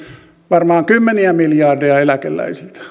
varmaan kymmeniä miljardeja eläkeläisiltä